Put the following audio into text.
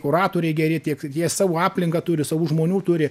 oratoriai geri tiek jie savo aplinką turi savų žmonių turi